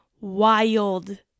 wild